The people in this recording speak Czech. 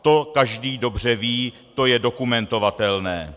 To každý dobře ví, to je dokumentovatelné.